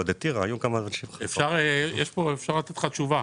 אפשר לתת לך תשובה.